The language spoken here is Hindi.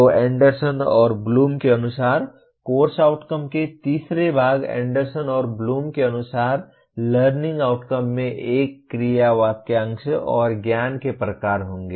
तो एंडरसन और ब्लूम के अनुसार कोर्स आउटकम के तीसरे भाग एंडरसन और ब्लूम के अनुसार लर्निंग आउटकम में एक क्रिया वाक्यांश और ज्ञान के प्रकार होंगे